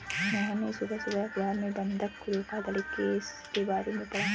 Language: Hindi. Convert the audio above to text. मोहन ने सुबह सुबह अखबार में बंधक धोखाधड़ी केस के बारे में पढ़ा